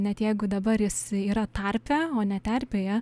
net jeigu dabar jis yra tarpe o ne terpėje